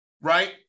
right